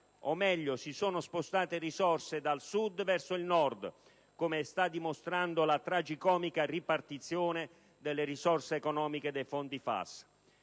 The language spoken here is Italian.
o meglio si sono spostate risorse dal Sud verso il Nord come sta dimostrando la tragicomica ripartizione delle risorse economiche dei fondi FAS.